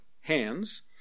hands